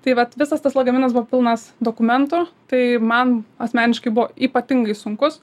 tai vat visas tas lagaminas buvo pilnas dokumentų tai man asmeniškai buvo ypatingai sunkus